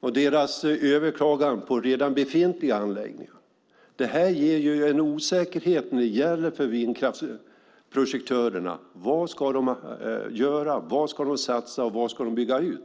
och dess överklaganden beträffande redan befintliga anläggningar. Det innebär en osäkerhet för vindkraftsprojektörerna. Vad ska de göra? Vad ska de satsa på? Vad ska de bygga?